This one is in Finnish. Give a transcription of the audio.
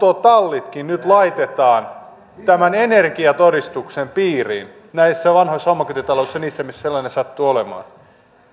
autotallitkin nyt laitetaan tämän energiatodistuksen piiriin näissä vanhoissa omakotitaloissa niissä missä sellainen sattuu olemaan